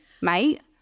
mate